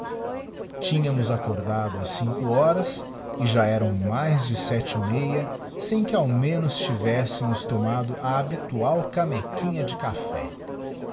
tínhamos acordado ás cinco horas e já eram mais de sete e meia sem que ao menos tivéssemos tomado a habitual canequinha de café